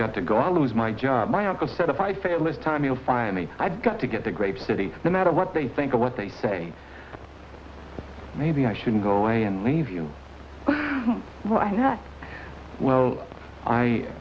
got to go i lose my job my uncle said if i fail this time you'll find me i've got to get the great city no matter what they think or what they say maybe i shouldn't go away and leave you well i have well i